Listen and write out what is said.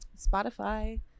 Spotify